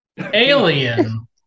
Alien